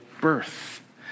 birth